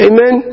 Amen